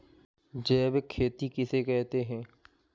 जैविक खेती किसे कहते हैं?